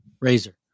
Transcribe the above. razor